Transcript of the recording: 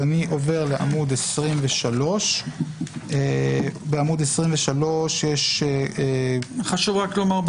אני עובר לעמוד 23. חשוב רק לומר,